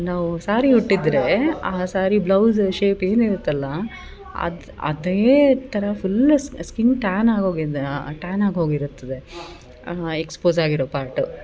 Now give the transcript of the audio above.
ನಾವು ಸಾರಿ ಉಟ್ಟಿದ್ರೇ ಆ ಸಾರಿ ಬ್ಲೌಸ್ ಶೇಪ್ ಏನು ಇರುತ್ತಲ್ಲಾ ಅದು ಅದೇ ಥರ ಫುಲ್ ಸ್ಕಿನ್ ಟ್ಯಾನ್ ಆಗಿ ಹೋಗಿದೆ ಟ್ಯಾನ್ ಆಗಿ ಹೋಗಿರತ್ತದೆ ಎಕ್ಸ್ಪೋಸ್ ಆಗಿರೋ ಪಾರ್ಟು